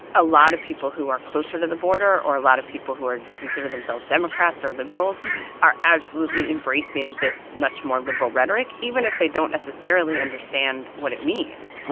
a lot of people who are closer to the border or a lot of people who are consider themselves democrats or liberals are absolutely embracing this much more liberal rhetoric even if they don't necessarily understand what it means.